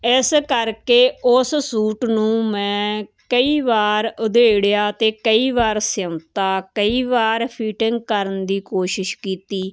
ਜਿਸ ਕਰਕੇ ਉਸ ਸੂਟ ਨੂੰ ਮੈਂ ਕਈ ਵਾਰ ਉਧੇੜਿਆ ਅਤੇ ਕਈ ਵਾਰ ਸਿਉਂਤਾ ਕਈ ਵਾਰ ਫਿਟਿੰਗ ਕਰਨ ਦੀ ਕੋਸ਼ਿਸ਼ ਕੀਤੀ